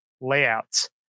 layouts